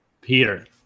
Peter